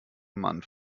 mann